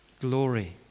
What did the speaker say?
glory